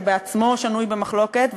שבעצמו שנוי במחלוקת,